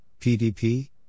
PDP